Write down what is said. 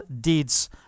deeds